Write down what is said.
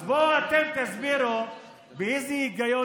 אז בואו אתם ותסבירו לפי איזה היגיון